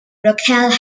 rochelle